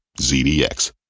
ZDX